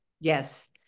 Yes